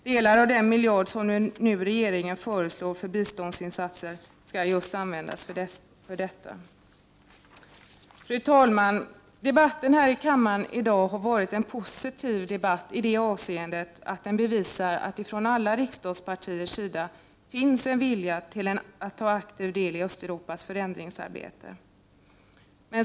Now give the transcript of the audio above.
Delar av den miljard som nu regeringen föreslår för biståndsinsatser skall användas till detta. Fru talman! Debatten här i kammaren i dag har varit en positiv debatt i det avseendet att den bevisar att det från alla riksdagspartiers sida finns en vilja att aktivt ta del i Östeuropas förändringsarbete.